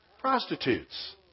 Prostitutes